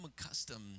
accustomed